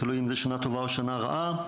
תלוי אם זו שנה טובה או שנה רעה,